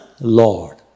Lord